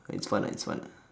it's fun ah it's fun ah